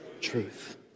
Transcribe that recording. truth